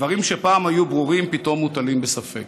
דברים שפעם היו ברורים, פתאום מוטלים בספק.